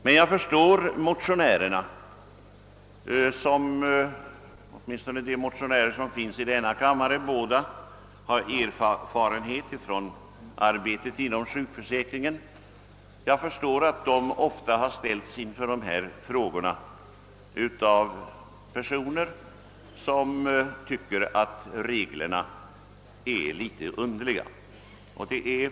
Men jag förstår att motionärerna som har erfarenhet av sjukförsäkringslagens tillämpning, ofta ställts inför besvärliga frågor av personer som tycker att reglerna är egendomliga.